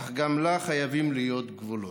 אך גם לה חייבים להיות גבולות.